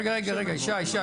רגע, שי.